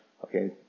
Okay